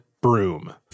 broom